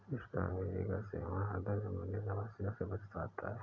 strawberry का सेवन ह्रदय संबंधी समस्या से बचाता है